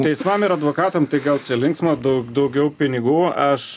teismam ir advokatam tai gal čia linksma dau daugiau pinigų aš